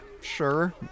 Sure